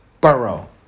Burrow